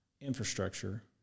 infrastructure